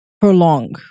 prolong